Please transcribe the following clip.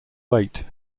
waite